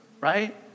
right